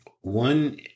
one